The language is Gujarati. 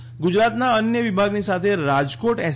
ટી બસ ગુજરાતના અન્ય વિભાગોની સાથે રાજકોટ એસ